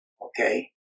Okay